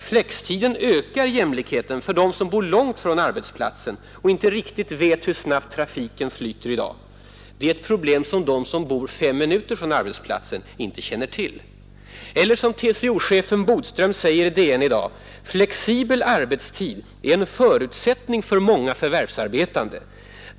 Flextiden ökar jämlikheten för dem som bor långt från arbetsplatsen och inte riktigt vet hur snabbt trafiken flyter i dag — det är ett problem som de som bor fem minuter från arbetsplatsen inte känner till. Eller som TCO-chefen Bodström säger i DN i dag: Flexibel arbetstid är en förutsättning för många förvärvsarbetande.